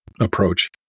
approach